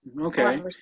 Okay